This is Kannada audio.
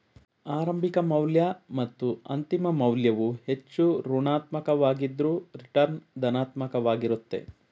ಆರಂಭಿಕ ಮೌಲ್ಯ ಮತ್ತು ಅಂತಿಮ ಮೌಲ್ಯವು ಹೆಚ್ಚು ಋಣಾತ್ಮಕ ವಾಗಿದ್ದ್ರ ರಿಟರ್ನ್ ಧನಾತ್ಮಕ ವಾಗಿರುತ್ತೆ